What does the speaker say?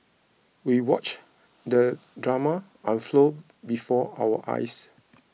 we watched the drama unfold before our eyes